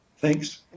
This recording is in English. Thanks